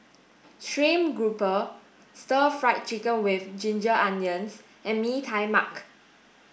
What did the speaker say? stream grouper stir fried chicken with ginger onions and Mee Tai Mak